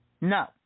No